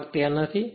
આ ભાગ ત્યાં નથી